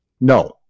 No